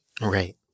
right